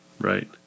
right